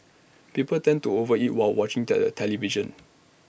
people tend to over eat while watching tele television